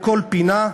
מכל פינה,